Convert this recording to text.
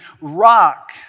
rock